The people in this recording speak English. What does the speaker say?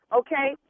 okay